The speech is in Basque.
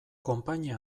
konpainia